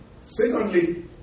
Secondly